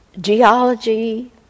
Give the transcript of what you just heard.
geology